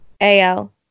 AL